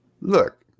Look